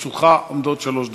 לרשותך עומדות שלוש דקות.